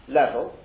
level